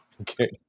Okay